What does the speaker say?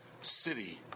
city